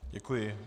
Děkuji.